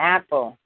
Apple